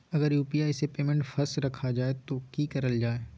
अगर यू.पी.आई से पेमेंट फस रखा जाए तो की करल जाए?